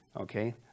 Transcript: Okay